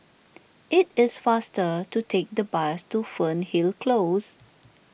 it is faster to take the bus to Fernhill Close